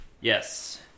Yes